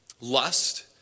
lust